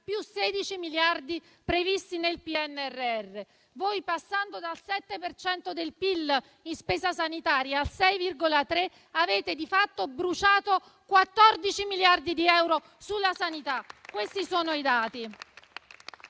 più 16 miliardi previsti nel PNRR. Voi, passando dal 7 per cento del PIL in spesa sanitaria al 6,3, avete di fatto bruciato 14 miliardi di euro sulla sanità. Questi sono i dati.